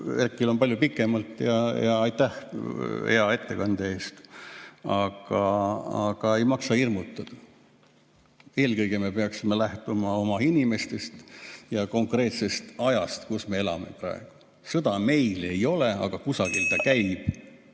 Erkil oli palju pikemalt. Aitäh hea ettekande eest! Aga ei maksa hirmutada. Eelkõige me peaksime lähtuma oma inimestest ja konkreetsest ajast, kus me elame. Sõda meil ei ole, kusagil ta käib.